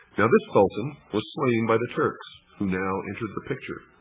yeah this sultan was slain by the turks, who now entered the picture,